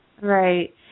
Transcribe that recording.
Right